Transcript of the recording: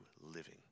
living